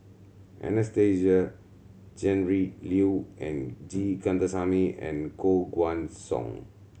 Anastasia Tjendri Liew and G Kandasamy and Koh Guan Song